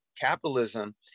capitalism